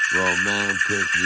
romantic